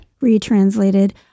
retranslated